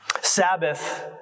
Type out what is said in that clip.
Sabbath